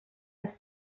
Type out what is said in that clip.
les